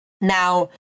Now